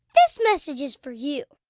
this message is for you